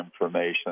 information